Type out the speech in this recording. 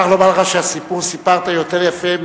אני מוכרח לומר לך שהסיפור שסיפרת יותר יפה,